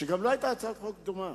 שגם לו היתה הצעת חוק דומה